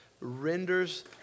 renders